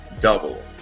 double